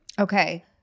Okay